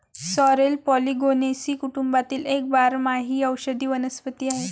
sorrel Polygonaceae कुटुंबातील एक बारमाही औषधी वनस्पती आहे